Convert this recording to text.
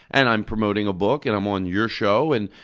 and i'm promoting a book and i'm on your show, and,